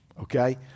okay